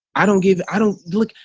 i don't give i don't look,